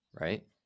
right